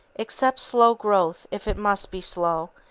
accept slow growth if it must be slow,